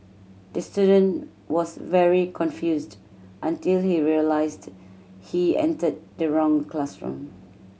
the student was very confused until he realised he entered the wrong classroom